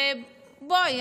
בואי,